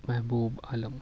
Mehboob Alam